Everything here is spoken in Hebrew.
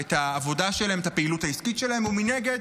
את העבודה שלהם, את הפעילות העסקית שלהם, ומנגד,